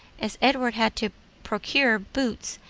as edward had to procure boots,